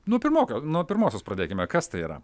nuo pirmokio nuo pirmosios pradėkime kas tai yra